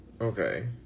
Okay